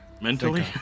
Mentally